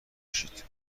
کشید